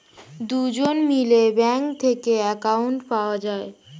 দুজন মিলে ব্যাঙ্ক থেকে অ্যাকাউন্ট পাওয়া যায়